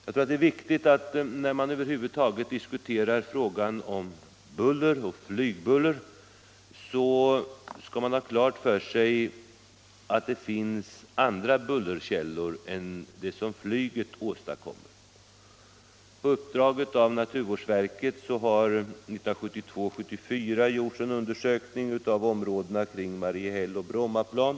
När man diskuterar bullerfrågan, tror jag att det är viktigt att man Bromma flygplats Bromma flygplats har klart för sig att det finns andra bullerkällor än de som flyget åstadkommer. På uppdrag av naturvårdsverket har 1972 och 1974 gjorts en undersökning av områdena kring Mariehäll och Brommaplan.